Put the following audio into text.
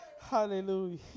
hallelujah